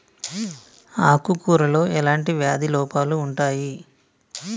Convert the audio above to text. ఆకు కూరలో ఎలాంటి వ్యాధి లోపాలు ఉంటాయి?